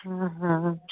हँ हँ